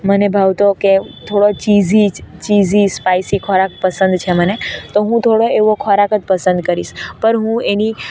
મને ભાવતો કે થોડો ચીઝી જ ચીઝી સ્પાઈસી ખોરાક પસંદ છે મને તો હું થોડો એવો ખોરાકજ પસંદ કરીશ પર હું એની